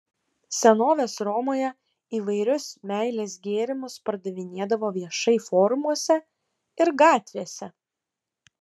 senovės romoje įvairius meilės gėrimus pardavinėdavo viešai forumuose ir gatvėse